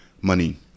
money